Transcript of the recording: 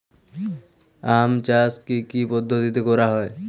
আম চাষ কি কি পদ্ধতিতে করা হয়?